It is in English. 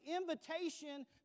invitation